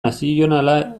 nazionala